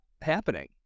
happening